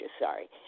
Sorry